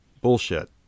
bullshit